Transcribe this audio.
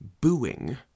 booing